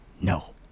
no